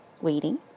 waiting